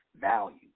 value